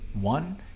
One